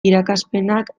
irakaspenak